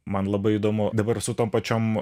man labai įdomu dabar su tom pačiom